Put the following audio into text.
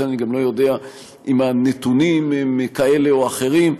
לכן אני גם לא יודע אם הנתונים הם כאלה או אחרים.